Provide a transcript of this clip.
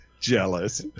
jealous